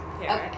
Okay